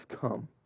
come